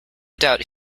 doubt